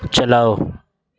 چلاؤ